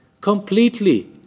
completely